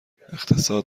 اقتصاد